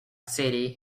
city